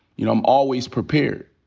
you know, i'm always prepared.